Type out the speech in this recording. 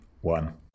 one